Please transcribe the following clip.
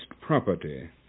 property